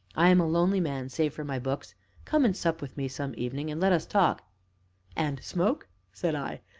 i am a lonely man save for my books come and sup with me some evening, and let us talk and smoke? said i.